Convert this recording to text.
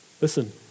Listen